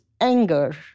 anger